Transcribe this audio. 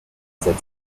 said